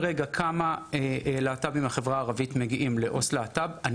על כמה להט״ב ערבים מטופלים כרגע אצל עו״ס להט״ב בחברה הכללית,